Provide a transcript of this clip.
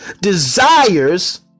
Desires